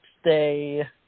stay